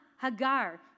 Hagar